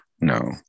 no